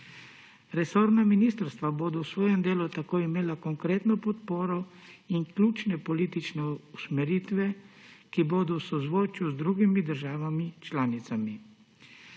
Resorna ministrstva bodo pri svojem delu tako imela konkretno podporo in ključne politične usmeritve, ki bodo v sozvočju z drugimi državami članicami.